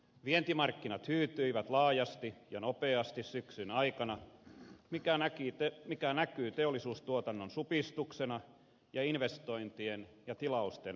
vientimarkkinat hyytyivät laajasti ja nopeasti syksyn aikana mikä näkyy teollisuustuotannon supistuksena ja investointien ja tilausten vähenemisenä